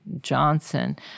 Johnson